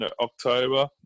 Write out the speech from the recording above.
October